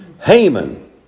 Haman